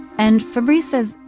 and fabrice says,